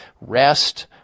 rest